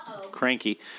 cranky